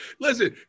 Listen